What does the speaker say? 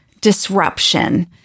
disruption